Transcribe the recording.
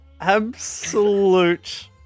absolute